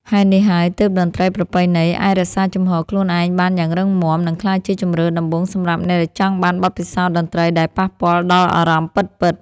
ហេតុនេះហើយ ទើបតន្ត្រីប្រពៃណី អាចរក្សាជំហរខ្លួនឯងបានយ៉ាងរឹងមាំ និងក្លាយជាជម្រើសដំបូងសម្រាប់អ្នកដែលចង់បានបទពិសោធន៍តន្ត្រីដែលប៉ះពាល់ដល់អារម្មណ៍ពិតៗ។